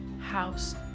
House